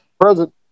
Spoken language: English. Present